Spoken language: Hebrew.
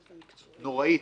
נוראית,